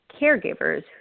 caregivers